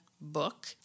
book